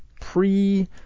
pre